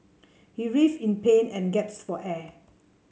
he writhed in pain and gasped for air